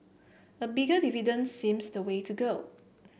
a bigger dividend seems the way to go